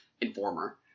informer